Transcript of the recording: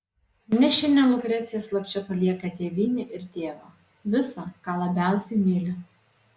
nes šiandien lukrecija slapčia palieka tėvynę ir tėvą visa ką labiausiai myli